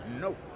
No